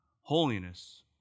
holiness